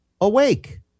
Awake